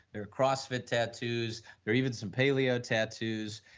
there are crossfit tattoos or even some paleo tattoos,